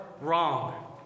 wrong